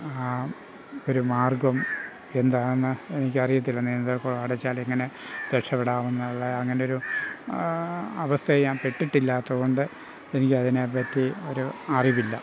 ആ ഒരു മാർഗ്ഗം എന്താണ് എനിക്ക് അറിയത്തില്ല നീന്തൽ കുളം അവിടെ ചാടിയ എങ്ങനെ രക്ഷപ്പെടാമെന്നുള്ള അങ്ങനെ ഒരു അവസ്ഥയിൽ ഞാൻ പെട്ടിട്ടില്ലാത്തത് കൊണ്ട് എനിക്ക് അതിനെപ്പറ്റി ഒരു അറിവില്ല